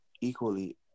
equally